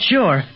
Sure